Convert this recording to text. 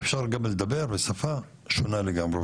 אפשר גם לדבר בשפה שונה לגמרי.